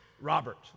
Robert